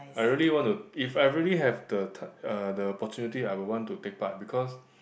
I really want to if I really have the ti~ uh the opportunity I will want to take part because